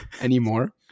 anymore